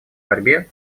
борьбе